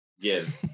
give